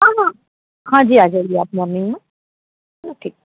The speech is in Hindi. हाँ हाँ हाँ जी आ जाइए आप मोर्निंग में चलो ठीक